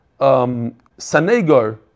sanegar